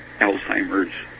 Alzheimer's